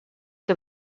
que